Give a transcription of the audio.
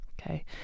okay